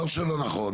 לא שלא נכון,